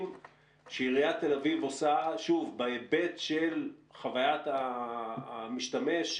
שעיריית תל אביב עושה בהיבט של חוויית המשתמש,